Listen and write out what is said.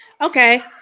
Okay